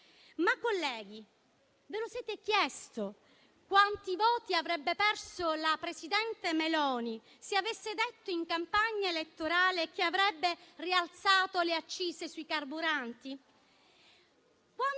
Colleghi, vi siete chiesti quanti voti avrebbe perso la presidente Meloni, se avesse detto in campagna elettorale che avrebbe rialzato le accise sui carburanti?